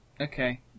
Okay